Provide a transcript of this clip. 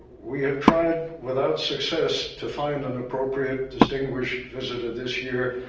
we have tried without success to find an appropriate distinguished visitor this year.